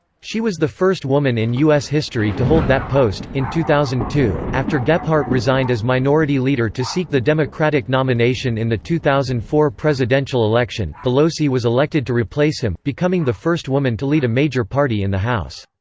she was the first woman in u s. history to hold that post in two thousand and two, after gephardt resigned as minority leader to seek the democratic nomination in the two thousand and four presidential election, pelosi was elected to replace him, becoming the first woman to lead a major party in the house.